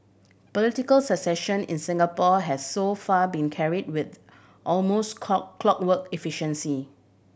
political succession in Singapore has so far been carried with almost clockwork efficiency